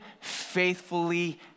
faithfully